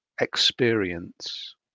experience